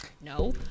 no